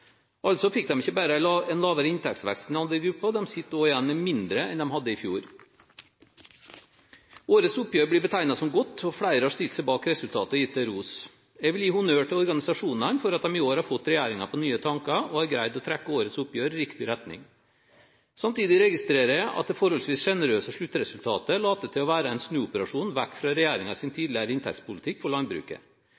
altså ikke bare en lavere inntektsvekst enn andre grupper, de sitter også igjen med mindre enn de hadde i fjor. Årets oppgjør blir betegnet som godt, og flere har stilt seg bak resultatet og gitt det ros. Jeg vil gi honnør til organisasjonene for at de i år har fått regjeringen på nye tanker og har greid å trekke årets oppgjør i riktig retning. Samtidig registrerer jeg at det forholdsvis generøse sluttresultatet later til å være en snuoperasjon vekk fra